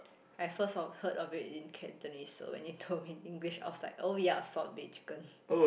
I first of heard of it in Cantonese so and he told me in English I was like oh ya salt baked chicken